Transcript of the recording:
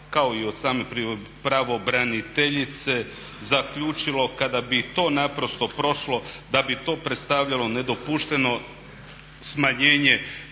kao i od same pravobraniteljice zaključilo kada bi to naprosto prošlo da bi to predstavljalo nedopušteno smanjenje